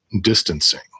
distancing